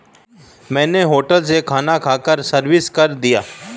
मैंने होटल में खाना खाकर सर्विस कर दिया है